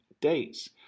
dates